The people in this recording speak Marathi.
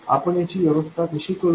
आपण याची व्यवस्था कशी करू